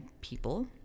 people